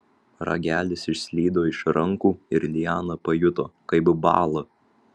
ragelis išslydo iš rankų ir liana pajuto kaip bąla